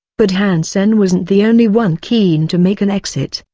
but han sen wasn't the only one keen to make an exit,